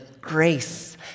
grace